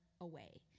away